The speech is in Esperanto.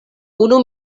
unu